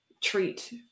treat